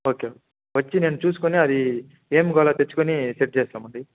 okay వచ్చి నేను చూసుకోని అది ఏం కావాలో తెచ్చుకుని సెట్ చేస్తామండి